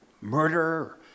murder